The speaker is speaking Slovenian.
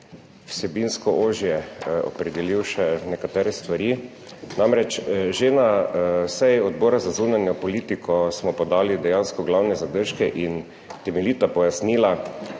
vsebinsko ožje opredelil še nekatere stvari. Namreč, že na seji Odbora za zunanjo politiko smo podali dejansko glavne zadržke in temeljita pojasnila